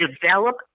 Develop